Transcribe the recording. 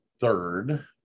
third